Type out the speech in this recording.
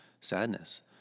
sadness